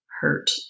hurt